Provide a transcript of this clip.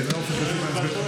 כי כנראה עופר כסיף היה מצביע,